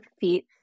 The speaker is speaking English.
feet